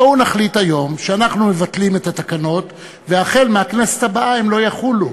בואו נחליט היום שאנחנו מבטלים את התקנות והחל מהכנסת הבאה הן לא יחולו.